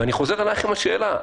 ואני חוזר אלייך עם השאלה.